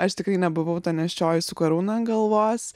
aš tikrai nebuvau ta nėščioji su karūna ant galvos